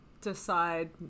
decide